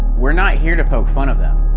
we're not here to poke fun of them,